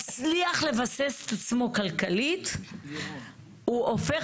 מצליח לבסס את עצמו כלכלית הוא הופך